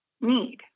need